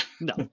No